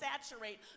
saturate